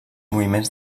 moviments